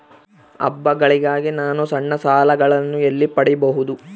ಹಬ್ಬಗಳಿಗಾಗಿ ನಾನು ಸಣ್ಣ ಸಾಲಗಳನ್ನು ಎಲ್ಲಿ ಪಡಿಬಹುದು?